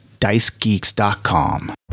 DiceGeeks.com